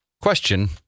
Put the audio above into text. Question